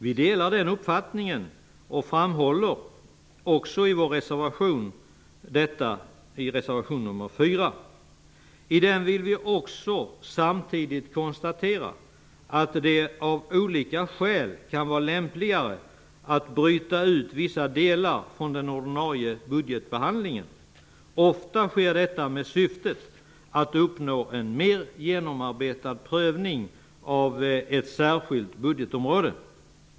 Vi delar den uppfattningen, och vi framhåller detta i reservation nr 4. Där vill vi också samtidigt konstatera att det av olika skäl kan vara lämpligare att bryta ut vissa delar från den ordinarie budgetbehandlingen. Ofta sker detta med syftet att uppnå en mer genomarbetad prövning av ett särskilt budgetområde.